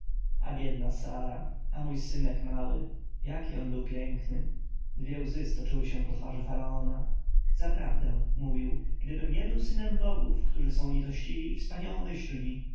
a biedna sara a mały synek mój jaki on był piękny dwie łzy stoczyły się po twarzy faraona zaprawdę mówił gdybym nie był synem bogów którzy są litościwi i wspaniałomyślni